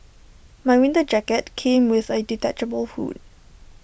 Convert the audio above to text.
my winter jacket came with A detachable hood